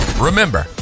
Remember